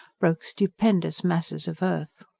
broke stupendous masses of earth.